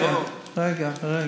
רגע.